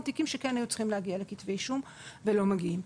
תיקים שכן היו צריכים להגיע לכתבי אישום ולא מגיעים.